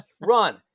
run